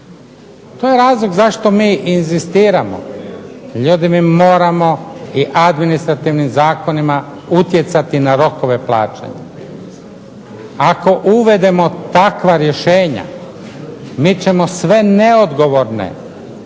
To je razlog zašto mi inzistiramo, ljudi mi moramo i administrativnim zakonima utjecati na rokove plaćanja. Ako uvedemo takva rješenja mi ćemo sve neodgovorne